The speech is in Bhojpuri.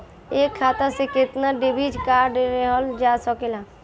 एक खाता से केतना डेबिट कार्ड लेहल जा सकेला?